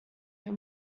your